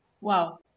wow